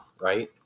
right